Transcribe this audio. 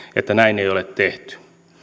niin näin ei ole tehty